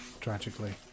tragically